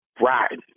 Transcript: rotten